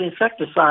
insecticide